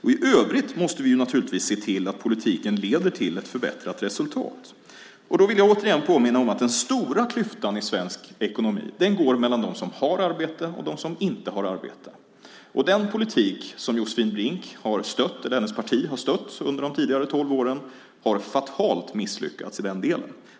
I övrigt måste vi se till att politiken leder till ett förbättrat resultat. Då vill jag återigen påminna om att den stora klyftan i svensk ekonomi går mellan dem som har arbete och dem som inte har arbete. Den politik som Josefin Brinks parti har stött under de tidigare tolv åren har fatalt misslyckats i den delen.